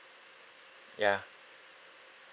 ya